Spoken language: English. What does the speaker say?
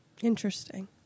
Interesting